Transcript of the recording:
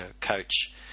Coach